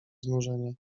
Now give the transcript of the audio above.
znużenia